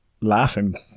laughing